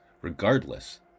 regardless